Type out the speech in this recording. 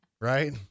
right